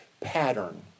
pattern